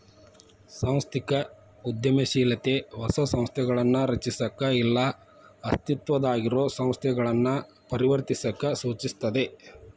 ಸಾಂಸ್ಥಿಕ ಉದ್ಯಮಶೇಲತೆ ಹೊಸ ಸಂಸ್ಥೆಗಳನ್ನ ರಚಿಸಕ ಇಲ್ಲಾ ಅಸ್ತಿತ್ವದಾಗಿರೊ ಸಂಸ್ಥೆಗಳನ್ನ ಪರಿವರ್ತಿಸಕ ಸೂಚಿಸ್ತದ